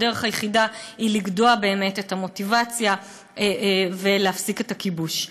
היא לגדוע באמת את המוטיבציה ולהפסיק את הכיבוש.